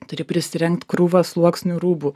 turi prisirengt krūvą sluoksnių rūbų